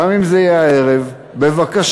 גם אם זה יהיה הערב, בבקשה,